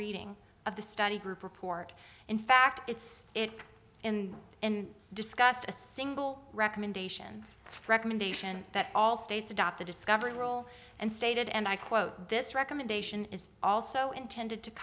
reading of the study group report in fact its it in and discussed a single recommendations recommendation that all states adopt the discovery rule and stated and i quote this recommendation is also intended to